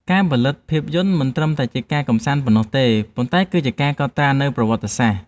ការផលិតភាពយន្តមិនត្រឹមតែជាការកម្សាន្តប៉ុណ្ណោះទេ ប៉ុន្តែគឺជាការកត់ត្រានូវប្រវត្តិសាស្ត្រ។